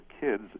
kids